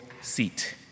seat